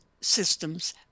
systems